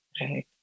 right